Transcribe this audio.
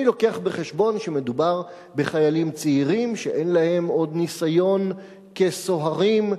אני מביא בחשבון שמדובר בחיילים צעירים שאין להם עוד ניסיון כסוהרים,